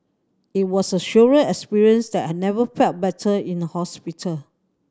it was a surreal experience that I never felt better in a hospital